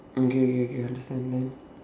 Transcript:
okay okay okay understand then